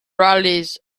rallies